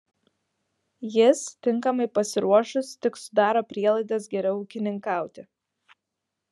jis tinkamai pasiruošus tik sudaro prielaidas geriau ūkininkauti